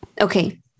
okay